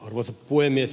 arvoisa puhemies